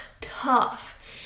tough